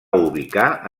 ubicar